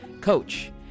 coach